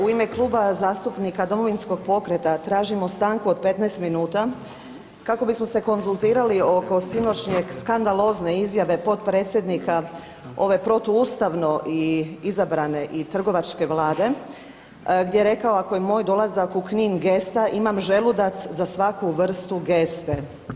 U ime Kluba zastupnika Domovinskog pokreta tražimo stanku od 15 minuta kako bismo se konzultirali oko sinoćnje skandalozne izjave potpredsjednika ove protuustavno izabrane i trgovačke Vlade, gdje je rekao ako je moj dolazak u Knin gesta imam želudac za svaku vrste geste.